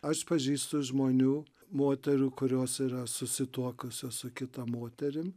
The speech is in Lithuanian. aš pažįstu žmonių moterų kurios yra susituokusios su kita moterim